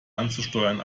anzusteuern